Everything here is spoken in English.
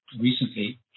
recently